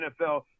NFL